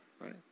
Right